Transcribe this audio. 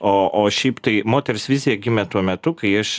o o šiaip tai moters vizija gimė tuo metu kai aš